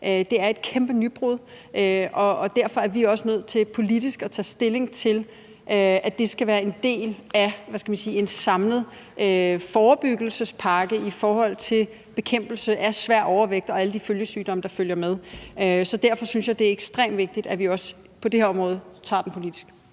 er et kæmpe nybrud. Derfor er vi også nødt til politisk at tage stilling til, at det skal være en del af en samlet forebyggelsespakke i forhold til bekæmpelse af svær overvægt og alle de sygdomme, der følger med. Så derfor synes jeg, det er ekstremt vigtigt, vi også på det her område tager den politiske